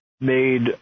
made